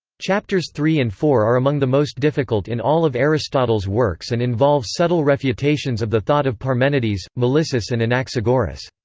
chapters three and four are among the most difficult in all of aristotle's works and involve subtle refutations of the thought of parmenides, melissus and anaxagoras.